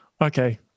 Okay